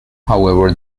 however